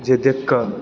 जे देखकऽ